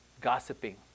gossiping